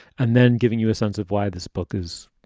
and then giving you a sense of why this book is,